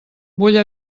vull